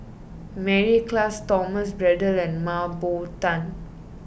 Mary Klass Thomas Braddell and Mah Bow Tan